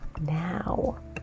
now